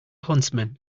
huntsman